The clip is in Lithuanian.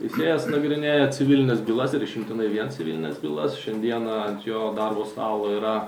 teisėjas nagrinėja civilines bylas ir išimtinai vien civilines bylas šiandieną ant jo darbo stalo yra